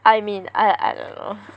I mean I I dunno